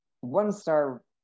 one-star